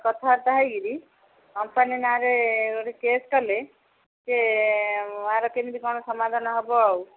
କଥାବାର୍ତ୍ତା ହେଇକିରି କମ୍ପାନୀ ନାଁ'ରେ ଗୋଟେ କେସ୍ କଲେ ସେ ୟା'ର କେମିତି କ'ଣ ସମାଧାନ ହେବ ଆଉ